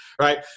right